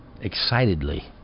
excitedly